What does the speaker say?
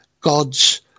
God's